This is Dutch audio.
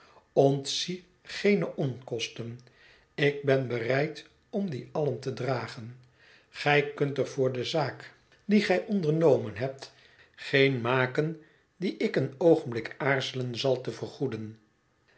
ontzie geene onkosten ik ben bereid om die allen te dragen gij kunt er voor de zaak die gij ondernomen hebt geen maken die ik een oogenblik aarzelen zal te vergoeden